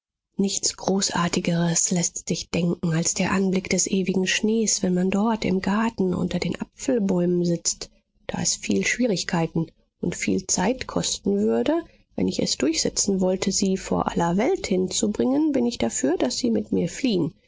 nichts großartigeres läßt sich denken als der anblick des ewigen schnees wenn man dort im garten unter den apfelbäumen sitzt da es viel schwierigkeiten und viel zeit kosten würde wenn ich es durchsetzen wollte sie vor aller welt hinzubringen bin ich dafür daß sie mit mir fliehen